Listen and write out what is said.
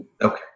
Okay